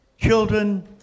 Children